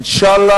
אינשאללה,